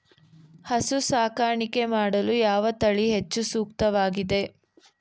ಹಸು ಸಾಕಾಣಿಕೆ ಮಾಡಲು ಯಾವ ತಳಿ ಹೆಚ್ಚು ಸೂಕ್ತವಾಗಿವೆ?